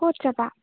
ক'ত যাবা